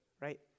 right